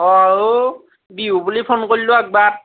অও বিহু বুলি ফোন কৰিলোঁ একবাৰ